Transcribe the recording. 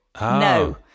no